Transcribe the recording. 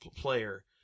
player